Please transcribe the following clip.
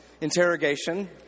interrogation